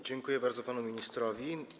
Dziękuję bardzo panu ministrowi.